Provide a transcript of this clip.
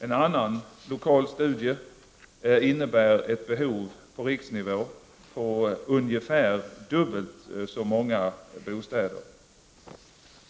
En annan lokal studie innebär ett behov på riksnivå på ungefär dubbelt så många bostäder.